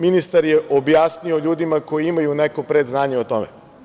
Ministar je objasnio ljudima kojima imaju neko predznanje o tome.